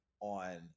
on